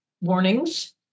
warnings